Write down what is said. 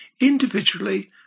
individually